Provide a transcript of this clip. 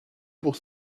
pour